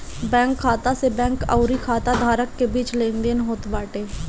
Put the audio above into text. bank खाता से bank अउरी खाता धारक के बीच लेनदेन होत बाटे